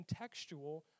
contextual